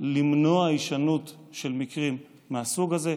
למנוע הישנות של מקרים מהסוג הזה.